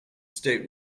state